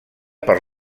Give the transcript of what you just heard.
per